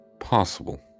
Possible